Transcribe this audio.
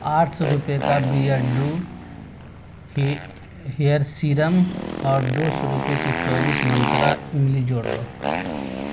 آٹھ سو روپے کا بیئرڈو ہی ہیئر سیرم اور دو سو روپے کی چوبیس منترا املی جوڑ لو